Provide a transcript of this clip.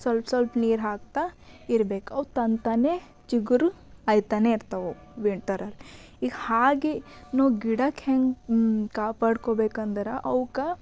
ಸ್ವಲ್ಪ ಸ್ವಲ್ಪ ನೀರು ಹಾಕ್ತಾ ಇರ್ಬೇಕು ಅವು ತಂತಾನೆ ಚಿಗುರು ಆಗ್ತಾನೇ ಇರ್ತವೆ ಅವು ವಿಂಟರಲ್ ಈಗ ಹಾಗೆ ನಾವು ಗಿಡಕ್ಕೆ ಹೇಗೆ ಕಾಪಾಡ್ಕೋಬೇಕೆಂದ್ರೆ ಅವ್ಕೆ